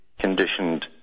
conditioned